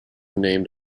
named